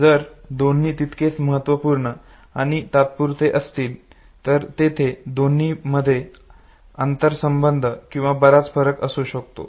जर दोन्ही तितकेच महत्त्वपूर्ण आणि तात्पुरते असतील तर तेथे दोन्हीमध्ये अंतर संबंध किंवा बराच फरक असू शकतो